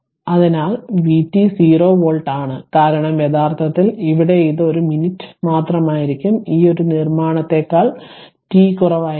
അതിനാൽ vt 0 volt ആണ് കാരണം യഥാർത്ഥത്തിൽ ഇവിടെ ഇത് ഒരു മിനിറ്റ് മാത്രമായിരിക്കും ഇത് ഈ നിർമ്മാണത്തേക്കാൾ t കുറവായിരിക്കും